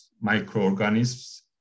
microorganisms